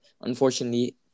unfortunately